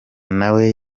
nawe